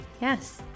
Yes